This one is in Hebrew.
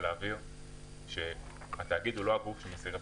להבהיר שהתאגיד הוא לא גוף שמשיא רווחים.